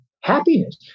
happiness